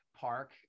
park